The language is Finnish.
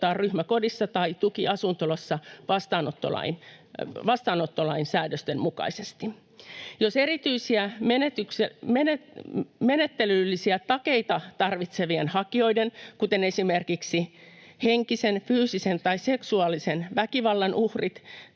ryhmäkodissa tai tukiasuntolassa vastaanottolain säädösten mukaisesti. Jos erityisiä menettelyllisiä takeita tarvitsevien hakijoiden, kuten esimerkiksi henkisen, fyysisen tai seksuaalisen väkivallan uhrien,